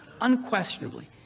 unquestionably